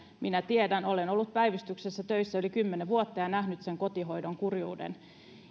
minä tiedän olen ollut päivystyksessä töissä yli kymmenen vuotta ja nähnyt sen kotihoidon kurjuuden